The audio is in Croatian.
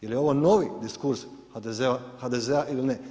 Jel' je ovo novi diskurs HDZ-a ili ne?